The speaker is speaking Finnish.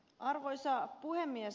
arvoisa puhemies